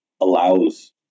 allows